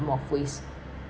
problem of waste